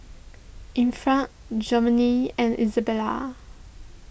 Infant Jovanni and Isabela